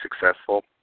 successful